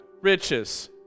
riches